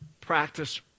practice